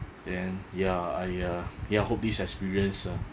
then ya I uh yeah hope this experience uh